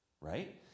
Right